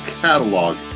catalog